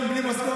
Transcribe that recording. יום בלי משכורת,